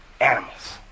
animals